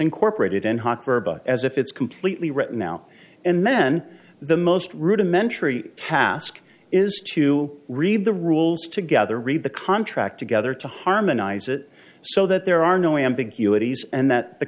incorporated and as if it's completely written now and then the most rudimentary task is to read the rules together read the contract together to harmonize it so that there are